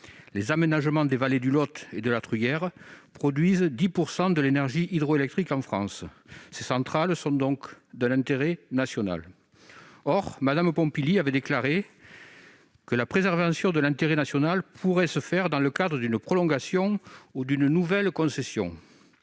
Les aménagements des vallées du Lot et de la Truyère produisent ainsi 10 % de l'énergie hydroélectrique en France. Ces centrales sont donc d'un intérêt national. Or Mme Pompili avait déclaré que la préservation de l'intérêt national pourrait se faire dans le cadre d'une prolongation ou d'une nouvelle concession.